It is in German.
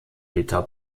liter